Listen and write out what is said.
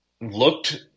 looked